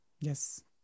Yes